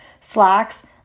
slacks